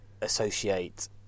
associate